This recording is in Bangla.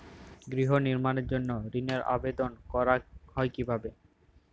গৃহ নির্মাণের জন্য ঋণের আবেদন করা হয় কিভাবে?